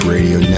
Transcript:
Radio